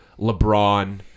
LeBron